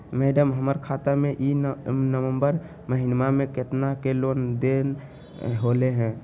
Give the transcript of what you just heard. madam, हमर खाता में ई नवंबर महीनमा में केतना के लेन देन होले है